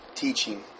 teaching